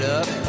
up